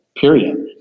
period